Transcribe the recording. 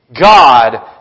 God